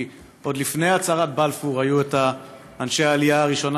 כי עוד לפני הצהרת בלפור היו את אנשי העלייה הראשונה,